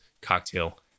cocktail